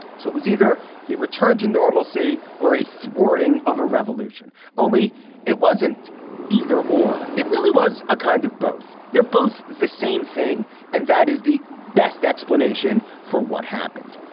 so it was either a return to normalcy or a thwarting of a revolution. only it wasn't either or it really was a kind of both. they're both the same thing and that is the best explanation for what happened.